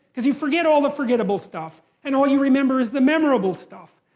because you forget all the forgettable stuff. and all you remember is the memorable stuff.